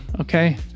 Okay